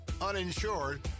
uninsured